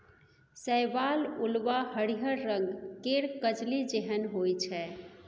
शैवाल उल्वा हरिहर रंग केर कजली जेहन होइ छै